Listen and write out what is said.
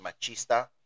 machista